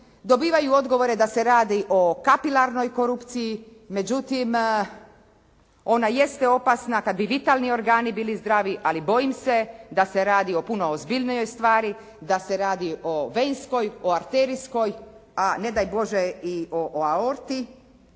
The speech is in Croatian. dobivaju odgovore da se radi o kapilarnoj korupciji, međutim ona jeste opasna kada bi vitalni organi bili zdravi, ali bojim se da se radi o puno ozbiljnoj stvari, da se radi o venskoj, o arterijskoj, a ne daj Bože i o aorti,